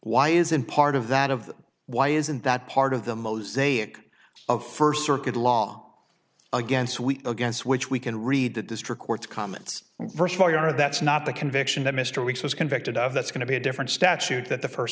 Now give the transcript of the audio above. why isn't part of that of why isn't that part of the mosaic of first circuit law against against which we can read the district court's comments are that's not the conviction that mr weeks was convicted of that's going to be a different statute that the first